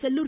Sellur